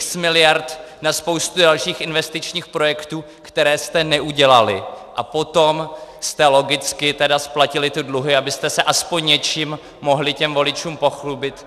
X miliard na spoustu dalších investičních projektů, které jste neudělali, a potom jste logicky tedy splatili ty dluhy, abyste se aspoň něčím mohli voličům pochlubit.